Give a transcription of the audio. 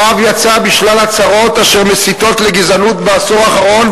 הרב יצא בשלל הצהרות אשר מסיתות לגזענות בעשור האחרון,